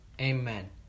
amen